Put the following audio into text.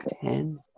ten